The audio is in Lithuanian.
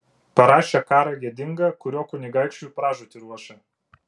parašė karą gėdingą kuriuo kunigaikščiui pražūtį ruošia